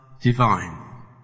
divine